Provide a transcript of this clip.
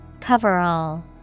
Cover-all